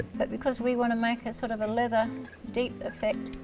but because we want to make that sort of a leather deep effect,